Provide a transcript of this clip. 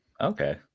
Okay